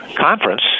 conference